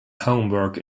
homework